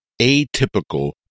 atypical